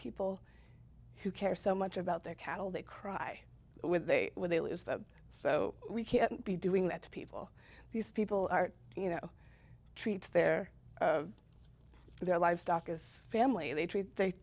people who care so much about their cattle they cry when they when they lose them so we can't be doing that to people these people are you know treats their their livestock as family they t